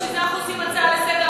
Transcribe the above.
בשביל זה אנחנו מעלים הצעה לסדר-היום,